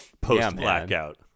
post-Blackout